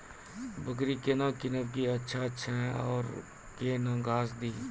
बकरी केना कीनब केअचछ छ औरू के न घास दी?